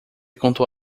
contou